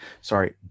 Sorry